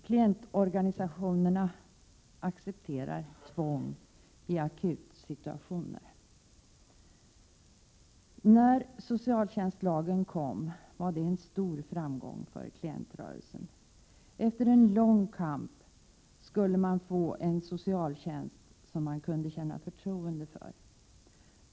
Klientorganisationerna accepterar tvång i akutsituationer. När socialtjänstlagen kom var det en stor framgång för klientrörelsen. Efter en lång kamp skulle man få en socialtjänst som man kunde känna förtroende för.